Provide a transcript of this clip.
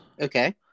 Okay